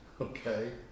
okay